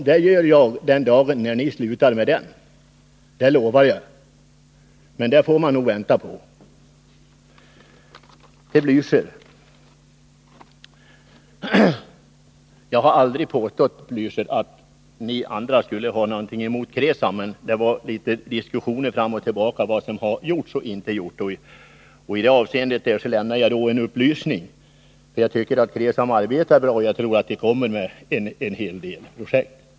Det gör jag den dag ni slutar med den — det lovar jag. Men det får vi nog vänta på. Till Raul Blächer vill jag säga: Jag har aldrig påstått att ni andra skulle ha någonting emot KRESAM. Men det var litet diskussioner fram och tillbaka om vad som hade gjorts och inte gjorts, och därför lämnade jag en del upplysningar. Jag tycker nämligen att KRESAM arbetar bra, och jag tror att man kommer med en hel del projekt.